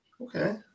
okay